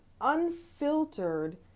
unfiltered